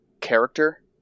character